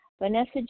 Vanessa